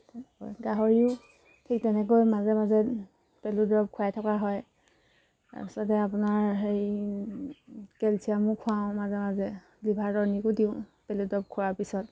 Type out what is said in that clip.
তেনেকৈ গাহৰিও ঠিক তেনেকৈ মাজে মাজে পেলুৰ দৰব খুৱাই থকা হয় তাৰপিছতে আপোনাৰ হেৰি কেলচিয়ামো খুৱাওঁ মাজে মাজে লিভাৰ টনিকো দিওঁ পেলু দৰব খোৱাৰ পিছত